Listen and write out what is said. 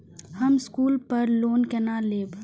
हम स्कूल पर लोन केना लैब?